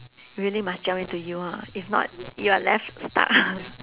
really must jump into U ah if not you are left stuck